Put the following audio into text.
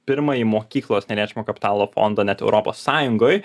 pirmąjį mokyklos neliečiamą kapitalo fondą net europos sąjungoj